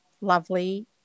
lovely